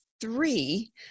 three